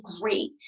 great